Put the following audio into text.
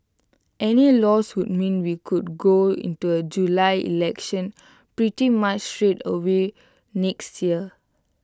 any loss would mean we could go into A July election pretty much straight away next year